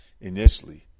initially